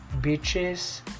Beaches